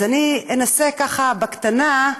אז אני אנסה, בקטנה,